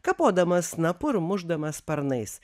kapodamas snapu ir mušdamas sparnais